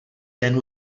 ten